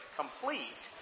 complete